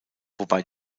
wobei